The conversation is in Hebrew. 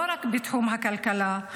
לא רק בתחום הכלכלה,